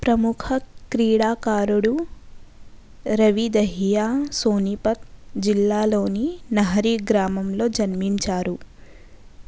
ప్రముఖ క్రీడాకారుడు రవి దహియా సోనిపత్ జిల్లాలోని నహరి గ్రామంలో జన్మించారు